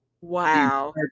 wow